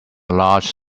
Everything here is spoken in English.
large